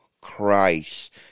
Christ